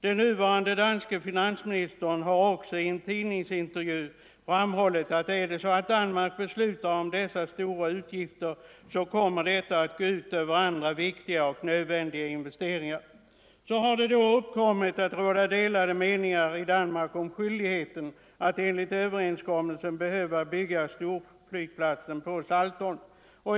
Den nuvarande danske finansministern har också i en tidningsintervju framhållit att är det så att Danmark beslutar om dessa stora utgifter, så kommer detta att gå ut över andra viktiga och nödvändiga investeringar. Så har det då kommit att råda delade meningar i Danmark om skyldigheten att enligt överenskommelsen bygga storflygplatsen på Saltholm.